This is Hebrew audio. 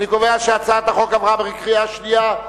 אני קובע שהצעת החוק עברה בקריאה שנייה.